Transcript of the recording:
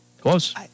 Close